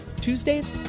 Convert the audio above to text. Tuesdays